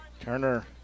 Turner